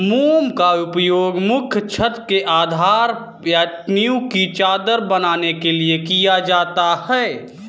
मोम का उपयोग मुख्यतः छत्ते के आधार या नीव की चादर बनाने के लिए किया जाता है